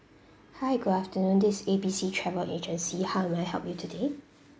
hi good afternoon this is A B C travel agency how may I help you today